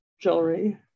jewelry